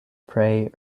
prey